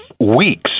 weeks